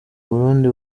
burundi